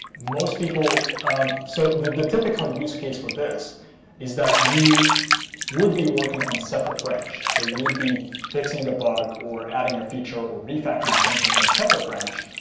most people so the typical use case for this is that you would be working on a separate branch, so you would be fixing a bug, or adding a feature, or refactoring something on a separate branch.